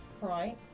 Right